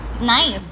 Nice